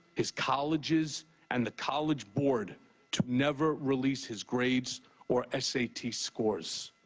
his colleges and the college board to never release his grades or s a t. scores.